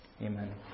Amen